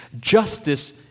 justice